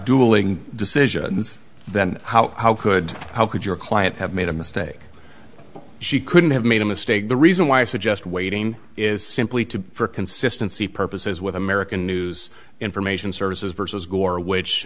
dueling decisions then how how could how could your client have made a mistake she couldn't have made a mistake the reason why i suggest waiting is simply to for consistency purposes with american news information services versus gore which